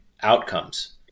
outcomes